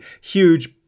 huge